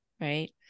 right